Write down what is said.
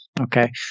Okay